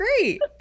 great